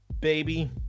baby